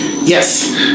Yes